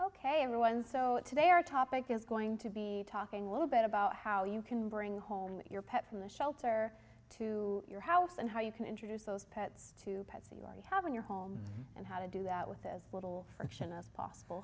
ok everyone so today our topic is going to be talking a little bit about how you can bring home your pets from the shelter to your house and how you can introduce those pets to pets that you already have in your home and how to do that with as little friction as possible